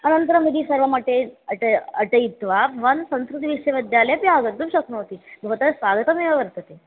अनन्तरं यदि सर्वमटेत् अट अटित्वा भवान् संस्कृतविश्वविद्यालयेऽपि आगन्तुं शक्नोति भवतः स्वागतमेव वर्तते